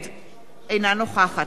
אינה נוכחת לאה נס,